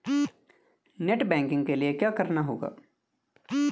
Net banking के लिए क्या करना होगा?